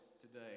today